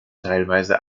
teilweise